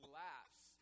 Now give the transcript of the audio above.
laughs